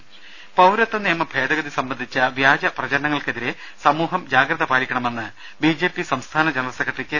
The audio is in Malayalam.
ദേദ പൌരത്വ നിയമ ഭേദഗതി സംബന്ധിച്ച വ്യാജപ്രചരണങ്ങൾക്കെതിരെ സമൂഹം ജാഗ്രത പാലിക്കണമെന്ന് ബിജെപി സംസ്ഥാന ജനറൽ സെക്രട്ടറി കെ